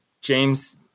James